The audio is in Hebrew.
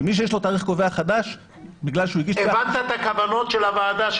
כי מי שיש לו תאריך קובע חדש --- הבנת את הכוונות של הוועדה,